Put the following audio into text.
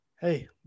Hey